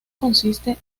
consiste